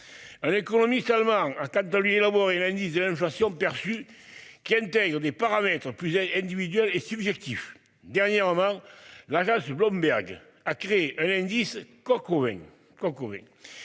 l'économie seulement un quatre de lui élaboré la mise inflation perçue qui intègre des paramètres plus individuels et subjectifs dernièrement. L'agence Bloomberg a créé un indice Coco un